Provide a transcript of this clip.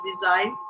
design